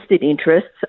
interests